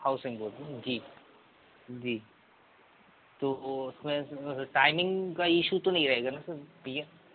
housing board में जी जी तो वो उसमें टाइमिंग का ईशू तो नहीं रहेगा न सर प्रिया